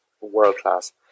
world-class